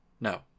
No